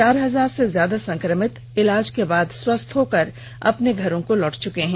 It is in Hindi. चार हजार से ज्यादा संक्रमित इलाज के बाद स्वस्थ होकर अपने घर लौट चुके हैं